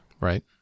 right